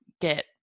get